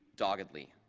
doggedly.